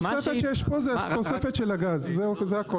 התוספת שיש פה זה התוספת של הגז, זה הכול.